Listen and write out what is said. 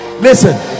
Listen